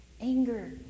Anger